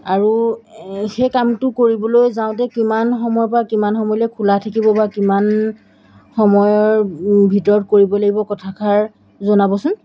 আৰু সেই কামটো কৰিবলৈ যাওঁতে কিমান সময়ৰপৰা কিমান সময়লৈ খোলা থাকিব বা কিমান সময়ৰ ভিতৰত কৰিব লাগিব কথাষাৰ জনাবচোন